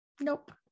Nope